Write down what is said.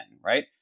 right